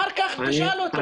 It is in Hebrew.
אחר כך תשאל אותו.